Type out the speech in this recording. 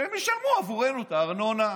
שהם ישלמו עבורנו את הארנונה.